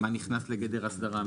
מה נכנס לגדר אסדרה,